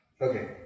Okay